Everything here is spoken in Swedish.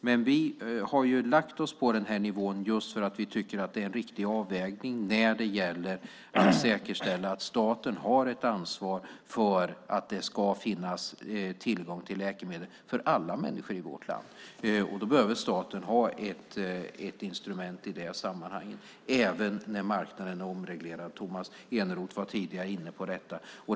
Men vi har lagt oss på den här nivån just för att vi tycker att det är en riktig avvägning när det gäller att säkerställa att staten har ett ansvar för att det ska finnas tillgång till läkemedel för alla människor i vårt land. Staten behöver ha ett instrument i det sammanhanget, även när marknaden är omreglerad. Tomas Eneroth var inne på detta tidigare.